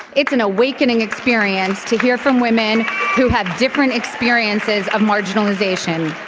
it's an awakening experience to hear from women who have different experiences of marginalization.